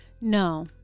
No